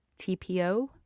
TPO